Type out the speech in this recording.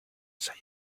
said